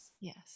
Yes